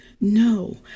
No